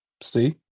See